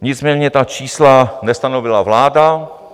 Nicméně ta čísla nestanovila vláda.